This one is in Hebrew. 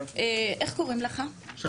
איך קוראים לך, ומה שלומך?